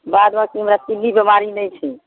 बादमे कि हमरा चीन्नी बीमारी नहि छै